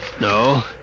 No